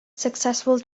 successful